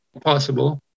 possible